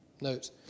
notes